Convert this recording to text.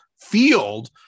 field